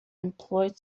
employed